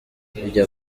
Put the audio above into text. bijya